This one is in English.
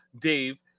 Dave